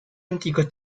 antico